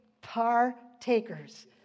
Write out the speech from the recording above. partakers